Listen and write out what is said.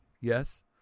Yes